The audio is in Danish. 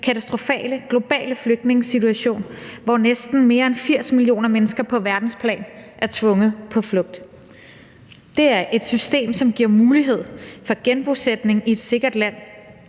katastrofale globale flygtningesituation, hvor næsten mere end 80 millioner mennesker på verdensplan er tvunget på flugt. Det er et system, som giver mulighed for genbosætning i et sikkert land,